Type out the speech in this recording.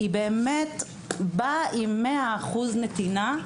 היא באמת באה עם 100% נתינה.